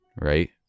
right